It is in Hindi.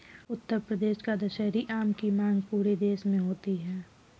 उत्तर प्रदेश का दशहरी आम की मांग पूरे देश में होती है